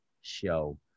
show